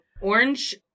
Orange